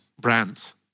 brands